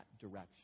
direction